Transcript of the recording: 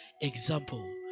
example